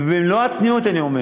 ובמלוא הצניעות אני אומר,